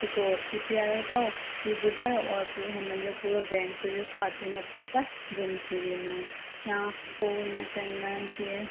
हिकु ओटीपी आहियो अथव हीअ ॿुधायो औरि पोइ उन्हनि जो पूरो बैंक जो खाते मां पैसा गुम थी वेंदा आहिनि या को ईअं चवंदा आहिनि की